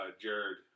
Jared